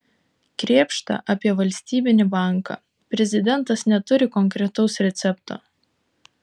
krėpšta apie valstybinį banką prezidentas neturi konkretaus recepto